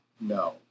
no